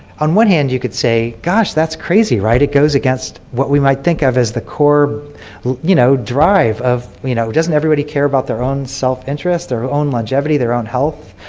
on one hand, you can say, gosh, that's crazy, right? it goes against what we might think of as the core you know drive of you know doesn't everybody care about their own self-interest, their own longevity, their own health?